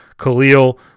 Khalil